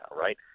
right